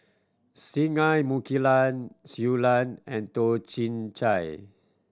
Singai Mukilan Shui Lan and Toh Chin Chye